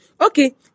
Okay